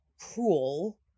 cruel